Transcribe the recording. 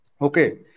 Okay